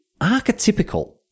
archetypical